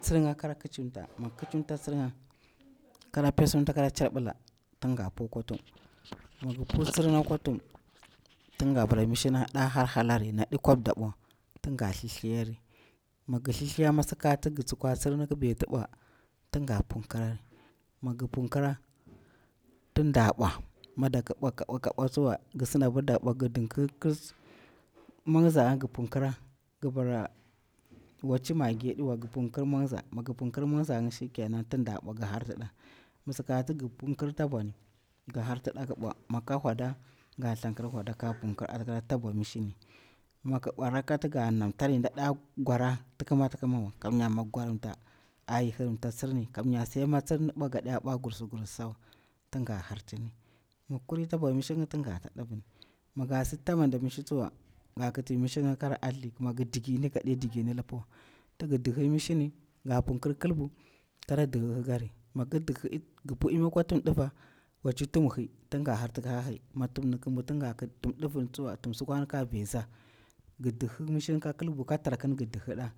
tsiringa ƙara ƙicimta mig ƙicimta tsirnga, kara pesim ta, kara charbila, tin nga pu kwa tuhum, mig pu tsirnga kwa tuhum tinga bara mishi na ɗa halhalari na ɗi kwabdabu wa, tin nga thlithliyari mi gi thlithliya mi sakatig tsukwa tsirni ƙi beti bwa tin nga punkirari migi punkira tin nda bwa, mi dak bwa ka bwa ka bwa ka bwa tsuwa, gi sinda bir da bwa gi dinkikir mwamzanga gi punkira, gi bara waci maggi diwa gi punkir mwomza mi gi punkir mwomzanga shi ke nan tin da bwa gi hartida. Mi saka ti gi punkir tabwani gi harti da ki bwa migka wada ga thankir wada kag punkir ata kira tabwa mishini miki bwa rakka tiga namtari ndada gwara tikima tikimawa kamya mig gwarinta ayihirimta tsirni kamya sai mi tsirni bwa gada bwa gurus gurusawa tinga hartini mig kuri tabwa mishirnga tinga ta divini. Mi gasi ta manda mishi tsuwu, ga kiti mishirnga kara ahathi migi dikini ga de dikini lipwa ti gi dihhi mishini ga punkir kilbu kara dihhi ki kari, migi dihhi eh gi pu imi kwa tuhum diva waci tuhumir khi tinga harti ka khi mi tuhumni kin nbwa tinga kit tum divin tswuwa tuhummur sukwani kag vesa gi dihhi mishirnga ka kilbu ka targun gi dihhida.